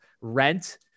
rent